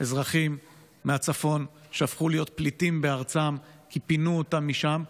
אזרחים מהצפון שהפכו להיות פליטים בארצם כי פינו אותם משם,